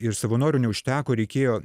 ir savanorių neužteko reikėjo